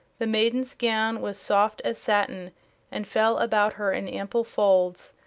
the maiden's gown was soft as satin and fell about her in ample folds,